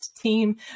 team